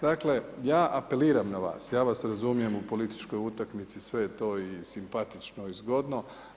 Dakle, ja apeliram na vas, ja vas razumijem u političkoj utakmici sve je to i simpatično i zgodno.